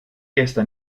gestern